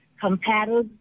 compatible